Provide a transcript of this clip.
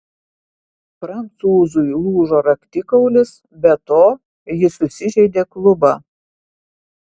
prancūzui lūžo raktikaulis be to jis susižeidė klubą